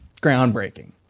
groundbreaking